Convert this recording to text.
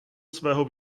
svého